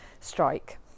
strike